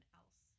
else